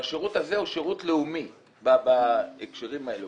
שהשירות הזה הוא שירות לאומי בהקשרים האלה,